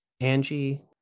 Angie